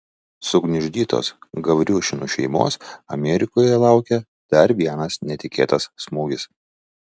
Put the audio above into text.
sugniuždytos gavriušinų šeimos amerikoje laukė dar vienas netikėtas smūgis